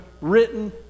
written